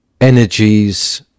energies